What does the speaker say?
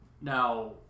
now